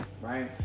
right